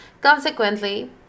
Consequently